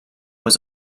was